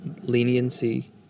leniency